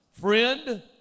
friend